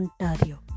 Ontario